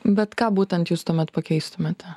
bet ką būtent jūs tuomet pakeistumėte